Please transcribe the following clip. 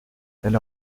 elle